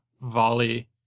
Volley